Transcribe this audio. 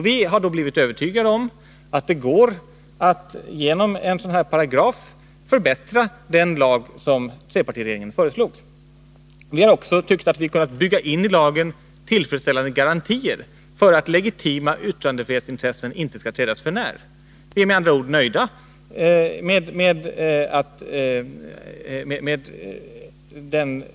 Vi har blivit övertygade om att det går att genom en sådan paragraf förbättra den lag som trepartiregeringen föreslog. Vi har också tyckt att vi har kunnat bygga in i lagen tillfredsställande garantier för att legitima yttrandefrihetsintressen inte skall trädas för när. Herr talman!